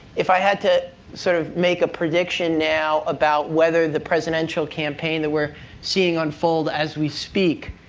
if i had to sort of make a prediction now about whether the presidential campaign that we're seeing unfold as we speak,